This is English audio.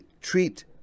treat